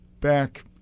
back